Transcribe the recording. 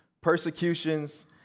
persecutions